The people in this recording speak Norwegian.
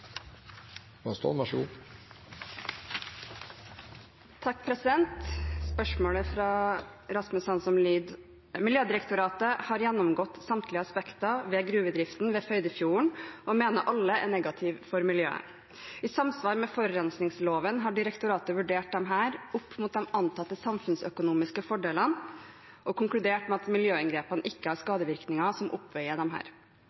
Spørsmålet fra Rasmus Hansson lyder: «Miljødirektoratet har gjennomgått samtlige aspekter ved gruvedriften ved Førdefjorden og mener alle er negative for miljøet. I samsvar med forurensningsloven har direktoratet vurdert dette opp mot de antatte samfunnsøkonomiske fordelene, og konkludert med at miljøinngrepene ikke har